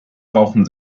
rauchen